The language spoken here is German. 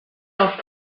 auf